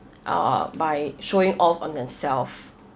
uh by showing off on themself